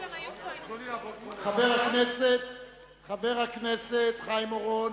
חבר הכנסת חיים אורון